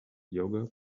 yoga